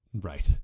Right